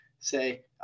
say